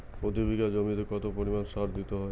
প্রতি বিঘা জমিতে কত পরিমাণ সার দিতে হয়?